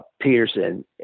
Peterson